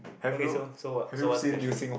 okay so so what so what's the question